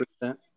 percent